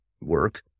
work